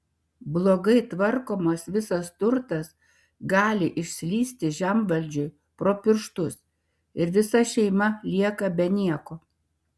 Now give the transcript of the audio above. blogai tvarkomas visas turtas gali išslysti žemvaldžiui pro pirštus ir visa šeima lieka be nieko